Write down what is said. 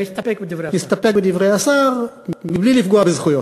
להסתפק בדברי השר מבלי לפגוע בזכויות.